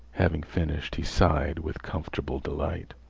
having finished, he sighed with comfortable delight.